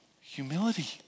humility